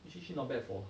it's actually not bad for